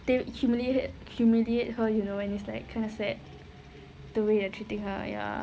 they humiliated humiliate her you know and it's like kind of sad the way you are treating her ya